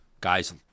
Guys